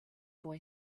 boy